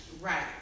Right